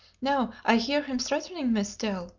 no, i hear him threatening me still.